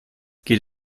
geht